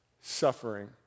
suffering